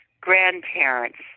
grandparents